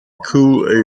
cool